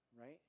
right